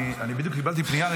בדיוק קיבלתי פנייה,